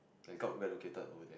like got relocated overseas